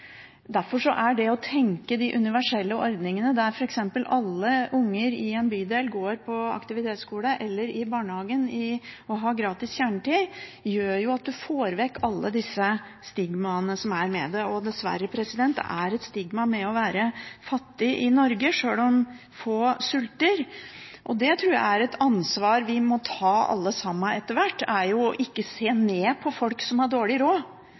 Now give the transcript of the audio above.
Derfor gjelder det å tenke universelle ordninger, der f.eks. alle unger i en bydel går på aktivitetsskole eller i barnehagen og har gratis kjernetid, som gjør at du får vekk alle disse stigmaene som følger med dette. Og dessverre: Det er et stigma å være fattig i Norge, sjøl om få sulter. Et ansvar jeg tror vi må ta alle sammen etter hvert, er ikke å se ned på folk som har dårlig råd